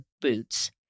boots